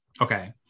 okay